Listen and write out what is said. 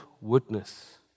witness